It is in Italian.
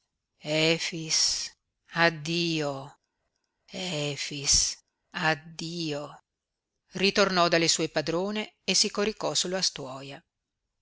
addio efix addio ritornò dalle sue padrone e si coricò sulla stuoia